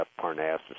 Parnassus